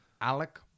Alec